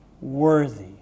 worthy